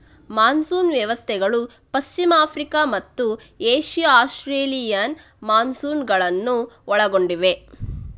monsoon ವ್ಯವಸ್ಥೆಗಳು ಪಶ್ಚಿಮ Africa ಮತ್ತು ಏಷ್ಯಾ ಆಸ್ಟ್ರೇಲಿಯನ್ ಮಾನ್ಸೂನುಗಳನ್ನು ಒಳಗೊಂಡಿವೆ